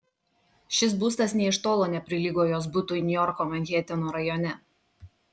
šis būstas nė iš tolo neprilygo jos butui niujorko manheteno rajone